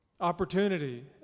opportunity